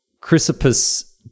Chrysippus